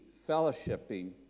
fellowshipping